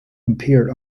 appeared